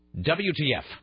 WTF